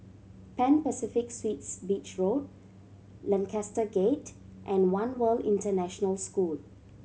Pan Pacific Suites Beach Road Lancaster Gate and One World International School